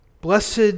Blessed